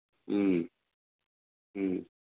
ꯎꯝ ꯎꯝ